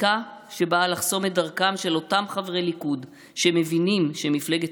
חקיקה שבאה לחסום את דרכם של אותם חברי ליכוד שמבינים שמפלגת